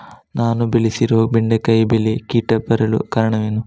ನಾನು ಬೆಳೆಸಿರುವ ಬೆಂಡೆಕಾಯಿ ಬೆಳೆಗೆ ಕೀಟ ಬರಲು ಕಾರಣವೇನು?